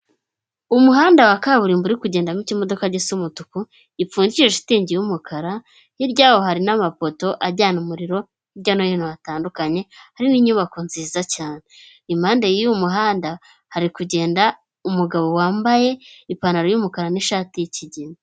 Umuhanda wa kaburimbo uri kugendamo ikimodoka gisa umutuku, gipfundikije shitingi y'umukara hirya yaho hari n'amapoto ajyana umuriro hirya no hino hatandukanye, hari n'inyubako nziza cyane impande y'uyu muhanda hari kugenda umugabo wambaye ipantaro y'umukara n'ishati y'ikigina.